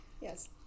Yes